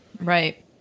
Right